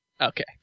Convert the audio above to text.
Okay